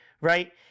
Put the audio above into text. right